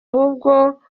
ahubwo